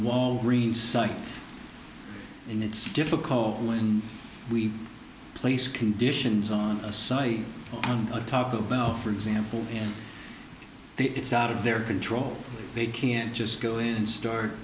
wall greenside in it's difficult when we place conditions on a site on a taco bell for example in the it's out of their control they can't just go in and start